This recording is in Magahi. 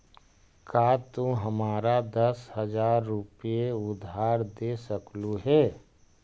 का तू हमारा दस हज़ार रूपए उधार दे सकलू हे?